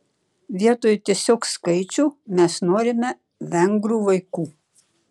vietoj tiesiog skaičių mes norime vengrų vaikų